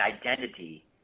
identity